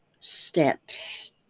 steps